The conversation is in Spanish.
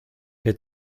que